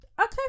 okay